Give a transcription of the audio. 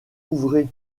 ouvrez